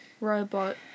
robot